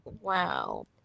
wow